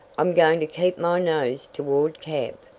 i'm going to keep my nose toward camp!